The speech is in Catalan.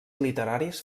literaris